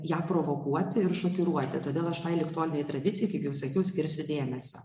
ją provokuoti ir šokiruoti todėl aš tai ligtolinei tradicijai kaip jau sakiau skirsiu dėmesio